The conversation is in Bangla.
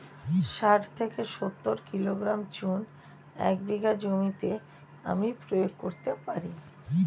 শাঠ থেকে সত্তর কিলোগ্রাম চুন এক বিঘা জমিতে আমি প্রয়োগ করতে পারি?